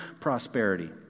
prosperity